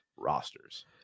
rosters